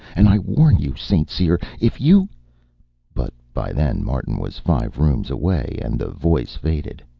and i warn you, st. cyr, if you but by then martin was five rooms away, and the voice faded.